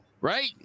right